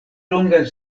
longan